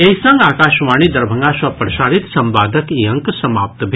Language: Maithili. एहि संग आकाशवाणी दरभंगा सँ प्रसारित संवादक ई अंक समाप्त भेल